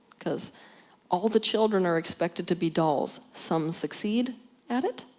because all the children are expected to be dolls. some succeed at it.